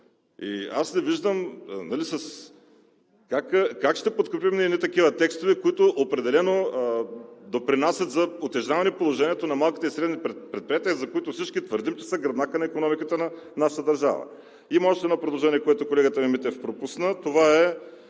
например. Как ще подкрепим едни такива текстове, които определено допринасят за утежняване положението на малките и средни предприятия, за които всички твърдим, че са гръбнакът на икономиката на нашата държава? Има още едно предложение, което колегата Митев пропусна, това е